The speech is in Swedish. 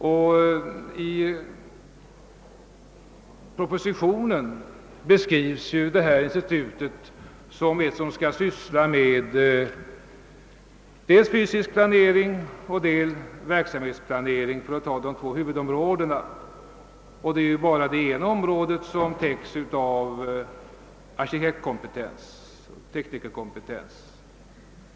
I propositionen beskrivs detta institut som ett som skall syssla med dels fysisk planering, dels verksamhetsplanering, för att ta de två huvudområdena. Det är bara det ena området som täcks av arkitektoch teknikerkompetens.